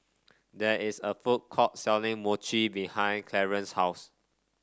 there is a food court selling Mochi behind Clarence's house